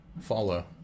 follow